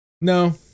No